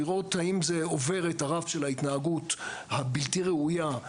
לראות האם זה עובר את הרף של ההתנהגות הבלתי ראויה,